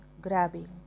grabbing